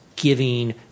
giving